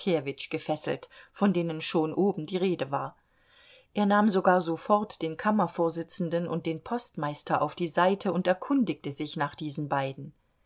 gefesselt von denen schon oben die rede war er nahm sogar sofort den kammervorsitzenden und den postmeister auf die seite und erkundigte sich nach diesen beiden